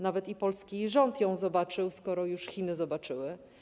Nawet polski rząd ją zobaczył, skoro już Chiny zobaczyły.